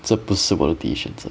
这不是我的第一选择